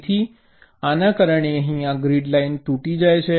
તેથી આના કારણે અહીં આ ગ્રીડ લાઇન તૂટી જાય છે